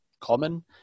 common